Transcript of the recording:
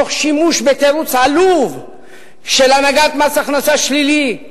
תוך שימוש בתירוץ עלוב של הנהגת מס הכנסה שלילי,